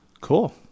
Cool